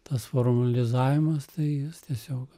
tas formalizavimas tai jis tiesiog